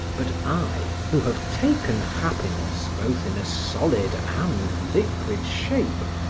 but i who have taken happiness both in a solid and liquid shape,